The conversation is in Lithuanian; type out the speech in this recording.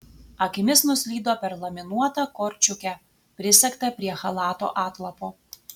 akimis nuslydo per laminuotą korčiukę prisegtą prie chalato atlapo